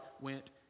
went